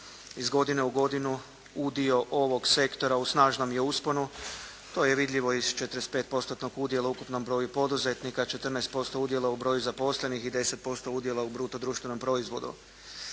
Iz godine u godinu udio ovog sektora u snažnom je usponu. To je vidljivo iz 45% udjela u ukupnom broju poduzetnika, 14% udjela u broju zaposlenih i 10% udjela u bruto društvenom proizvodu.